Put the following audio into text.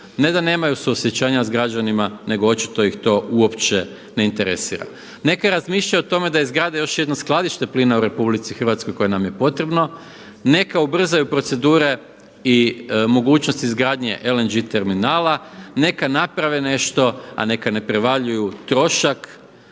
ne da nemaju suosjećanja sa građanima nego očito ih to uopće ne interesira. Neka razmišljaju o tome da izgrade još jedno skladište plina u RH koje nam je potrebno, neka ubrzaju procedure i mogućnost izgradnje LNG terminala, neka naprave nešto, a neka ne prevaljuju trošak